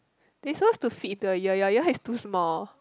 they supposed to fit into your ear your ear is too small